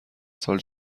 سال